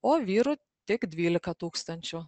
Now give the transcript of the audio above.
o vyrų tik dvylika tūkstančių